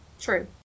True